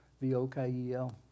V-O-K-E-L